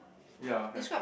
ya have